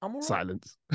Silence